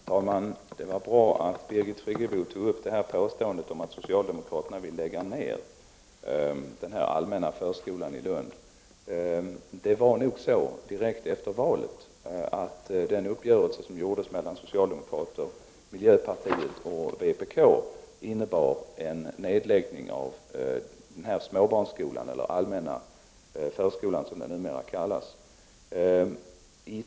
Herr talman! Det var bra att Birgit Friggebo tog upp påståendet om att socialdemokraterna vill lägga ned den allmänna förskolan i Lund. Direkt efter valet träffades en uppgörelse mellan socialdemokraterna, miljöpartiet och vpk om en nedläggning av denna småbarnsförskola, eller allmänna förskola, som den numera kallas.